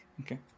Okay